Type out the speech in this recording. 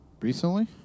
Recently